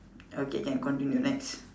okay can continue next